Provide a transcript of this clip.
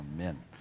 Amen